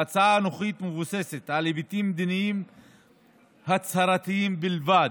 ההצעה הנוכחית מבוססת על היבטים מדיניים-הצהרתיים בלבד,